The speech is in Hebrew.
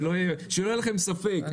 שלא יהיה לכם ספק.